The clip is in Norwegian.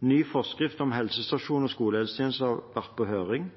ny forskrift om helsestasjons- og skolehelsetjenesten har vært på høring.